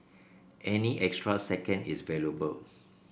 any extra second is valuable